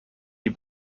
die